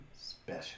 special